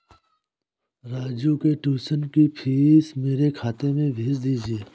राजू के ट्यूशन की फीस मेरे खाते में भेज दीजिए